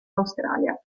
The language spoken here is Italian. australia